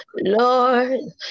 Lord